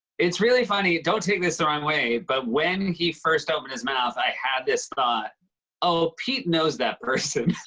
it's really funny. don't take this the wrong way, but when he first opened his mouth, i had this thought oh, pete knows that person.